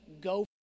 go